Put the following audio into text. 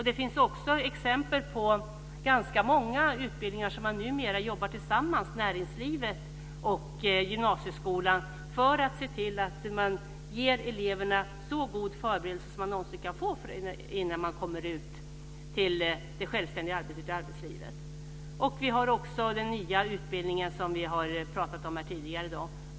Det finns också exempel på ganska många utbildningar där man numera jobbar tillsammans från näringslivet och gymnasieskolan för att se till att ge eleverna så god förberedelse de någonsin kan få innan de kommer ut till det självständiga arbetet i arbetslivet. Vi har också den nya kvalificerade yrkesutbildningen, som vi har pratat om tidigare i dag.